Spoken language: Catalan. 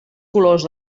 colors